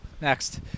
Next